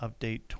Update